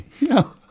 No